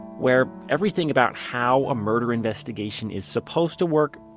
where everything about how a murder investigation is supposed to work,